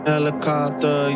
Helicopter